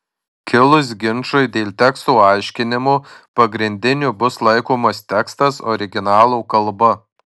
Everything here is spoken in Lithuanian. kilus ginčui dėl teksto aiškinimo pagrindiniu bus laikomas tekstas originalo kalba